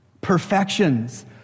perfections